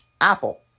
Apple